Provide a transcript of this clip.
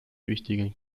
wichtigen